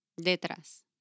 Detrás